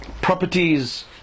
properties